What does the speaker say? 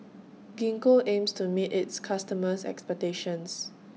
Gingko aims to meet its customers' expectations